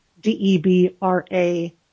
D-E-B-R-A